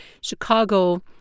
Chicago